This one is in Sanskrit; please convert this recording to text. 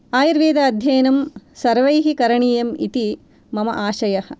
आयुर्वेद अध्ययनं सर्वैः करणीयम् इति मम आशयः